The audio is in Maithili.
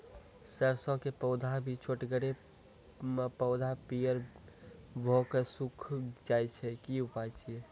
सरसों के पौधा भी छोटगरे मे पौधा पीयर भो कऽ सूख जाय छै, की उपाय छियै?